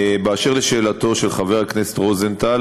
אשר לשאלתו של חבר הכנסת רוזנטל,